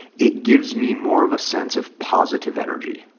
it gives me more of a sense of positive energy,